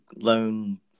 loan